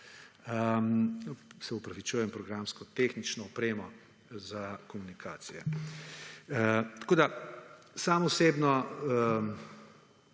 se opravičujem, tehnično opremo za komunikacije. Tako, da sam osebno